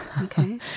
okay